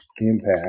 impact